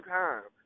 time